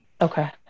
Okay